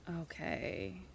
okay